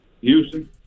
Houston